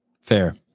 Fair